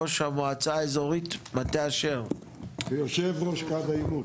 ראש המועצה האזורית מטה אשר ויושב ראש קו העימות.